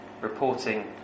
reporting